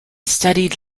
studied